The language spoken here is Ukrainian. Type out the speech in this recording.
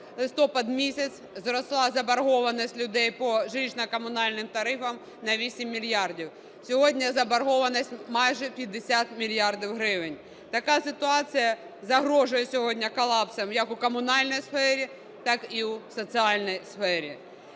за листопад місяць зросла заборгованість людей по жилищно-коммунальным тарифам на 8 мільярдів. Сьогодні заборгованість майже 50 мільярдів гривень. Така ситуація загрожує сьогодні колапсом як у комунальній сфері, так і в соціальній сфері.